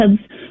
kids